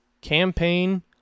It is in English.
Campaign